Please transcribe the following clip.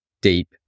deep